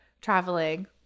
traveling